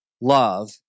love